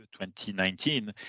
2019